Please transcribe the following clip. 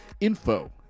info